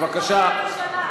בבקשה.